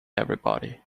everybody